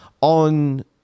on